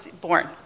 born